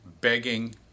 begging